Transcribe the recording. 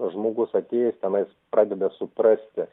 žmogus atėjęs tenais pradeda suprasti